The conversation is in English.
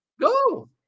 Go